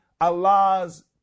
Allah's